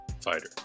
fighter